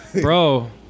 Bro